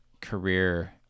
career